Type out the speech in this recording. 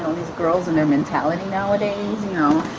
girls and their mentality nowadays. you know,